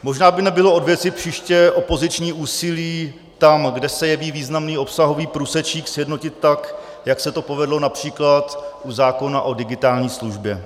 Možná by nebylo od věci příště opoziční úsilí tam, kde se jeví významný obsahový průsečík, sjednotit tak, jak se to povedlo např. u zákona o digitální službě.